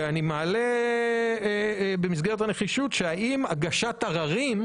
אני מעלה במסגרת הנחישות את השאלה האם הגשת ערערים,